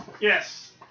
Yes